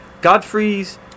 Godfrey's